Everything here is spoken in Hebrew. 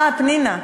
אה, פנינה.